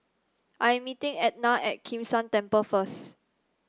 I am meeting Etna at Kim San Temple first